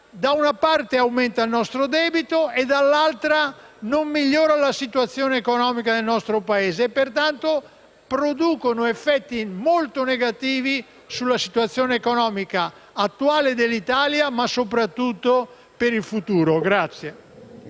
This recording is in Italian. da una parte, aumenta il nostro debito e, dall'altra, non migliora la situazione economica del nostro Paese e, pertanto, produce effetti molto negativi sulla situazione economica dell'Italia attuale, ma soprattutto del futuro.